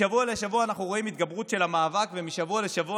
משבוע לשבוע אנחנו רואים התגברות של המאבק ומשבוע לשבוע